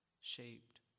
shaped